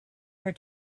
her